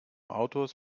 autors